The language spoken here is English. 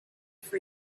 for